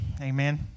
Amen